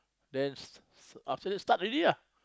then s~ after that start already lah